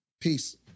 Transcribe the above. Peace